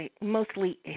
mostly